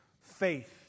faith